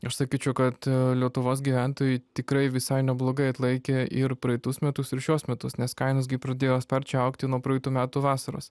aš sakyčiau kad lietuvos gyventojai tikrai visai neblogai atlaikė ir praeitus metus ir šiuos metus nes kainos gi pradėjo sparčiai augti nuo praeitų metų vasaros